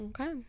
okay